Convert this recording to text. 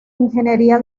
ingeniería